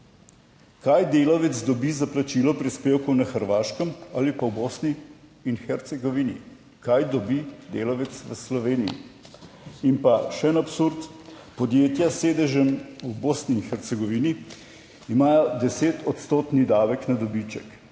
kaj delavec dobi za plačilo prispevkov na Hrvaškem ali pa v Bosni in Hercegovini? Kaj dobi delavec v Sloveniji? In pa še en absurd, podjetja s sedežem v Bosni in Hercegovini imajo desetodstotni davek na dobiček.